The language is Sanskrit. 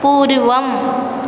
पूर्वम्